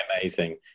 amazing